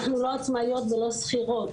אנחנו לא עצמאיות ולא שכירות,